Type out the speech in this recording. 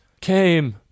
came